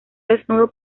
desnudo